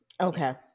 Okay